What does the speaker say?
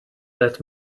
let